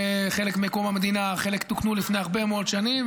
חלק מקום המדינה וחלק תוקנו לפני הרבה מאוד שנים,